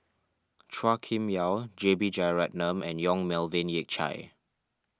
Chua Kim Yeow J B Jeyaretnam and Yong Melvin Yik Chye